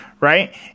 Right